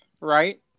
Right